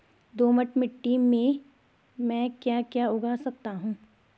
दोमट मिट्टी में म ैं क्या क्या उगा सकता हूँ?